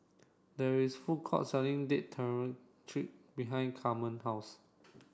there is food court selling Date Tamarind behind Camren house